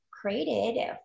created